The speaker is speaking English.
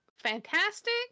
fantastic